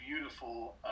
beautiful